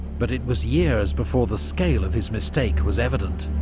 but it was years before the scale of his mistake was evident.